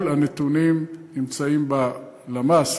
כל הנתונים נמצאים בלמ"ס,